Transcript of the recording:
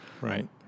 right